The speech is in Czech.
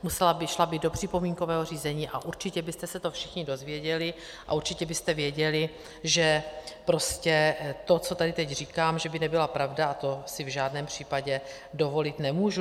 Šla by do připomínkového řízení a určitě byste se to všichni dozvěděli a určitě byste věděli, že to, co tady teď říkám, by nebyla pravda, a to si v žádném případě dovolit nemůžu.